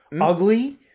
ugly